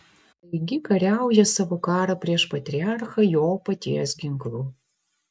taigi kariauja savo karą prieš patriarchą jo paties ginklu